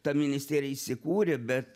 ta ministerija įsikūrė bet